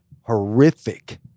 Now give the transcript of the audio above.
horrific